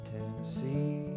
Tennessee